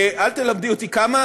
זה לא נכון.